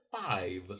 Five